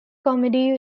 comedy